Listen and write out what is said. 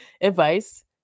advice